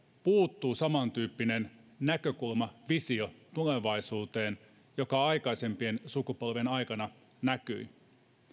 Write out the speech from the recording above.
puuttuu samantyyppinen näkökulma visio tulevaisuuteen joka aikaisempien sukupolvien aikana näkyi